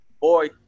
boy